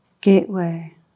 gateway